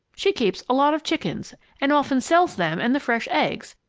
she keeps a lot of chickens and often sells them and the fresh eggs,